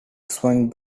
swung